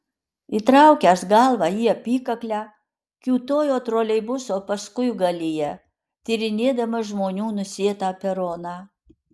įtraukęs galvą į apykaklę kiūtojo troleibuso paskuigalyje tyrinėdamas žmonių nusėtą peroną